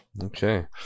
Okay